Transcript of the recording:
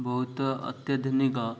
ବହୁତ ଅତ୍ୟାଧୁନିକ